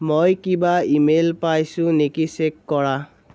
মই কিবা ইমেইল পাইছোঁ নেকি চেক কৰা